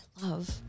Love